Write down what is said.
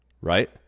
right